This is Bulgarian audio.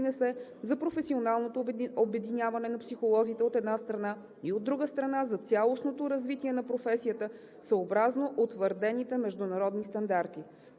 за професионалното обединяване на психолозите, от една страна, и от друга страна, за цялостното развитие на професията съобразно утвърдените международни стандарти.